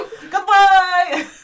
Goodbye